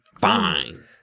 fine